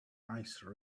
ice